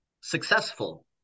successful